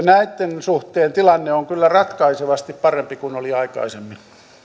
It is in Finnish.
näitten suhteen tilanne on kyllä ratkaisevasti parempi kuin oli aikaisemmin